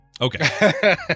okay